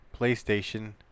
PlayStation